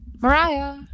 mariah